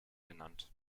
ernannt